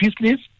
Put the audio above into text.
business